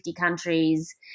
countries